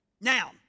now